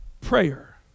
Prayer